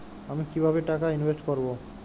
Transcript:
আমি কিভাবে টাকা ইনভেস্ট করব?